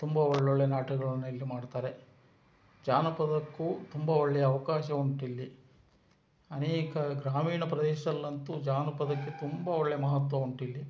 ತುಂಬ ಒಳ್ಳೊಳ್ಳೆಯ ನಾಟಕಗಳನ್ನು ಇಲ್ಲಿ ಮಾಡುತ್ತಾರೆ ಜಾನಪದಕ್ಕೂ ತುಂಬ ಒಳ್ಳೆಯ ಅವಕಾಶ ಉಂಟು ಇಲ್ಲಿ ಅನೇಕ ಗ್ರಾಮೀಣ ಪ್ರದೇಶದಲ್ಲಂತೂ ಜಾನಪದಕ್ಕೆ ತುಂಬ ಒಳ್ಳೆಯ ಮಹತ್ವ ಉಂಟು ಇಲ್ಲಿ